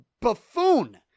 buffoon